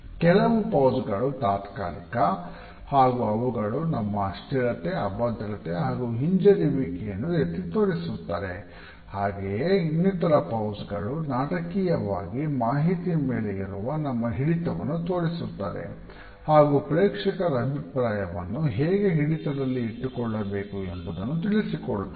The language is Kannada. ಕೆಲವು ಪೌಜ್ಗಳು ನಾಟಕೀಯವಾಗಿ ಮಾಹಿತಿಯ ಮೇಲೆ ಇರುವ ನಮ್ಮ ಹಿಡಿತವನ್ನು ತೋರಿಸುತ್ತದೆ ಹಾಗು ಪ್ರೇಕ್ಷಕರ ಅಭಿಪ್ರಾಯವನ್ನು ಹೇಗೆ ಹಿಡಿತದಲ್ಲಿ ಹಿಟ್ಟುಕೊಳ್ಳಬೇಕು ಎಂಬದನ್ನು ತಿಳಿಸಿಕೊಡುತ್ತದೆ